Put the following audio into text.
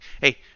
Hey